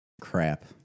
crap